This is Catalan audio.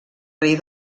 rei